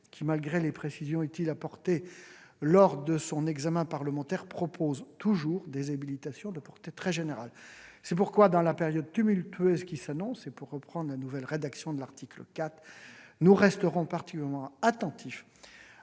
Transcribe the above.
qui, malgré les précisions utiles apportées lors de son examen parlementaire, propose toujours des habilitations de portée très générale. C'est pourquoi dans la période tumultueuse qui s'annonce, et pour reprendre la nouvelle rédaction de l'article 4, nous resterons particulièrement attentifs